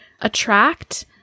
attract